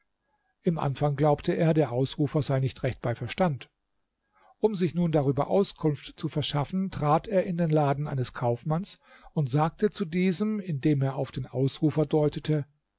im anfang glaubte er der ausrufer sei nicht recht bei verstand um sich nun darüber auskunft zu verschaffen trat er in den laden eines kaufmanns und sagte zu diesem indem er auf den ausrufer deutete